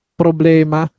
problema